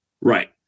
Right